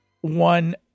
One